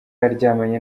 aryamanye